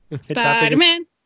Spider-Man